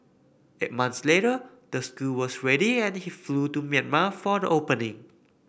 eight months later the school was ready and he flew to Myanmar for the opening